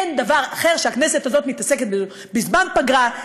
אין דבר אחר שהכנסת הזאת מתעסקת בזמן פגרה,